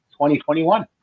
2021